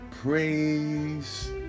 praise